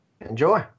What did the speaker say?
enjoy